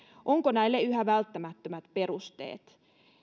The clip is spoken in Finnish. onko näille yhä välttämättömät perusteet